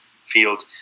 field